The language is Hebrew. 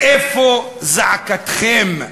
איפה זעקתכם?